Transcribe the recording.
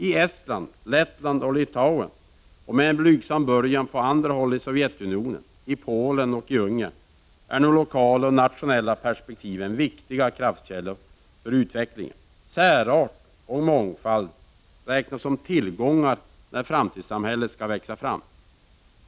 I Estland, Lettland och Litauen, och med blygsam början på andra håll i Sovjetunionen, Polen och Ungern, är nu de lokala och nationella perspektiven viktiga kraftkällor för utvecklingen. Särart och mångfald räknas som tillgångar när framtidssamhället skall växa fram.